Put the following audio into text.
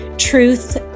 truth